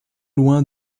loin